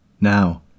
Now